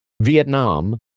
Vietnam